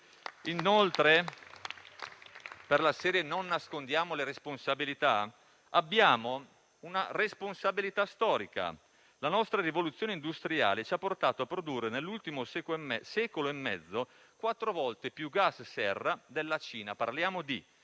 Inoltre, per la serie non nascondiamo le responsabilità, abbiamo una responsabilità storica: la nostra rivoluzione industriale ci ha portato a produrre nell'ultimo secolo e mezzo una quantità di gas serra quattro volte